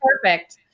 Perfect